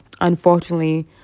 unfortunately